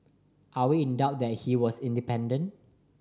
are we in doubt that he was independent